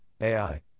AI